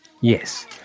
Yes